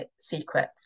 secret